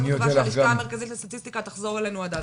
אני מאוד מקווה שהלשכה המרכזית לסטטיסטיקה תחזור אלינו עד אז.